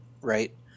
Right